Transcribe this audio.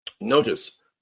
notice